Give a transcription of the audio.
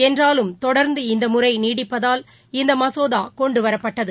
என்றாலும் தொடர்ந்து இந்தமுறைநீடிப்பதால் இந்தமசோதாகொண்டுவரப்பட்டது